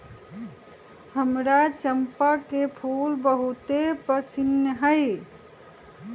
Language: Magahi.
हमरा चंपा के फूल बहुते पसिन्न हइ